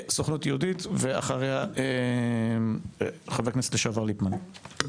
הסוכנות היהודית ואחריה חבר הכנסת לשעבר ליפמן.